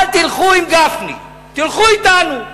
אל תלכו עם גפני, תלכו אתנו.